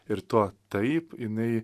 ir tuo taip jinai